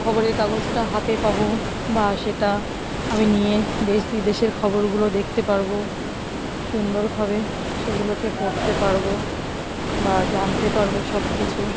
খবরের কাগজটা হাতে পাবো বা সেটা আমি নিয়ে দেশ বিদেশের খবরগুলো দেখতে পারবো সুন্দরভাবে সেগুলোকে পড়তে পারবো বা জানতে পারবো সব কিছু